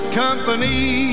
company